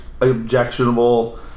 objectionable